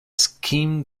scheme